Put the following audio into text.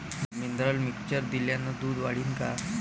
Mineral mixture दिल्यानं दूध वाढीनं का?